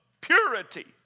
purity